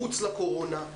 מחוץ לקורונה.